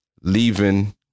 leaving